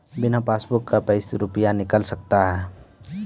बिना पासबुक का रुपये निकल सकता हैं?